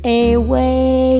away